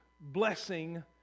blessing